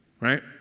right